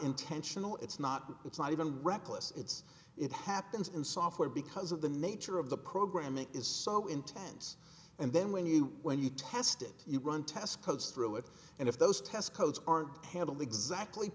intentional it's not it's not even reckless it's it happens in software because of the nature of the program it is so intense and then when you when you test it you run test codes through it and if those test codes are handled exactly